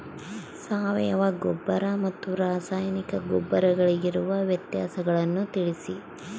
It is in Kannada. ಸಾವಯವ ಗೊಬ್ಬರ ಮತ್ತು ರಾಸಾಯನಿಕ ಗೊಬ್ಬರಗಳಿಗಿರುವ ವ್ಯತ್ಯಾಸಗಳನ್ನು ತಿಳಿಸಿ?